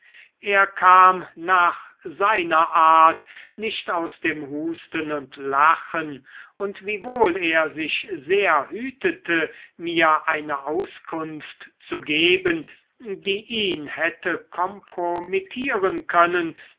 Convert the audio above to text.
er kam nach seiner art nicht aus dem husten und lachen und wiewohl er sich sehr hütete mir eine auskunft zu geben die ihn hätte kompromittieren können